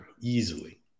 easily